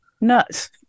nuts